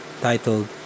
titled